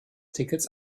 tickets